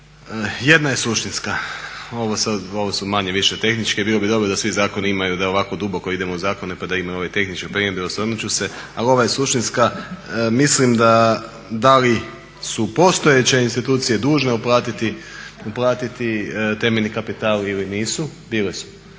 jedna je suštinska, ovo su manje-više tehničke. Bilo bi dobro da svi zakoni imaju da ovako duboko idemo u zakone pa da imamo ove tehničke primjedbe osvrnut ću se, ali ovo je suštinska. Mislim da li su postojeće institucije dužne uplatiti temeljni kapital ili nisu? bile su,